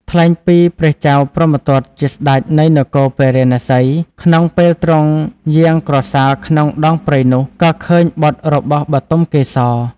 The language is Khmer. ថ្លែងពីព្រះចៅព្រហ្មទត្តជាស្តេចនៃនគរពារាណសី ក្នុងពេលទ្រង់យាងក្រសាលក្នុងដងព្រៃនោះ ក៏ឃើញបុត្ររបស់បុទមកេសរ។